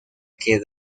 que